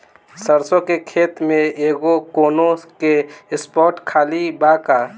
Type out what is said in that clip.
सरसों के खेत में एगो कोना के स्पॉट खाली बा का?